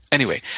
anyway,